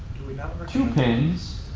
two pins